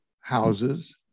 houses